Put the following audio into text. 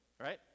right